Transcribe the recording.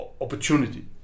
opportunity